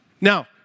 Now